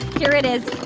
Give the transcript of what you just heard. here it is.